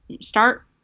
start